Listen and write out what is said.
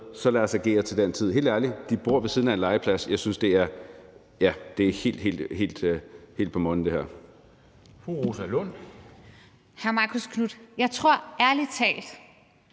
så lad os agere til den tid. Helt ærlig: De bor ved siden af en legeplads! Jeg synes, det her er helt, helt